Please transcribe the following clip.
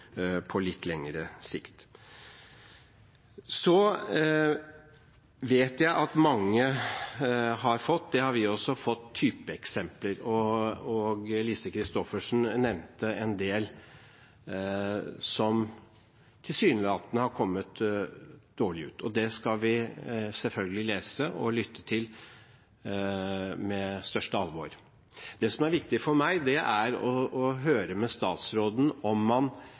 litt lengre sikt. Så vet jeg at mange har fått – det har vi også – typeeksempler. Lise Christoffersen nevnte en del som tilsynelatende har kommet dårlig ut. Det skal vi selvfølgelig lese om og lytte til med største alvor. Det som er viktig for meg, er å høre med statsråden